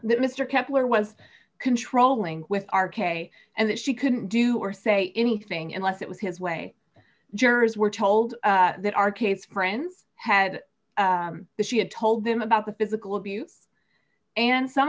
that mr kessler was controlling with r k and that she couldn't do or say anything unless it was his way jurors were told that our case friends had that she had told them about the physical abuse and some